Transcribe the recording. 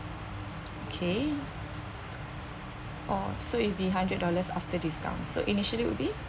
okay o~ so it be hundred dollars after discount so initially would be